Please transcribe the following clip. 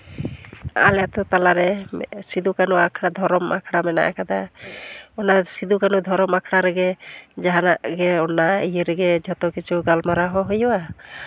ᱟᱞᱮ ᱟᱹᱛᱩ ᱛᱟᱞᱟᱨᱮ ᱥᱤᱫᱩᱼᱠᱟᱹᱱᱩ ᱟᱠᱷᱲᱟ ᱫᱷᱚᱨᱚᱢ ᱟᱠᱷᱲᱟ ᱢᱮᱱᱟᱜ ᱠᱟᱫᱟ ᱚᱱᱟ ᱥᱤᱫᱩᱼᱠᱟᱹᱱᱩ ᱫᱷᱚᱨᱚᱢ ᱟᱠᱷᱲᱟ ᱨᱮᱜᱮ ᱡᱟᱦᱟᱱᱟᱜ ᱜᱮ ᱚᱱᱟ ᱤᱭᱟᱹ ᱨᱮᱜᱮ ᱡᱷᱚᱛᱚ ᱠᱤᱪᱷᱩ ᱜᱟᱞᱢᱟᱨᱟᱣ ᱦᱚᱸ ᱦᱩᱭᱩᱜᱼᱟ